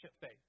faith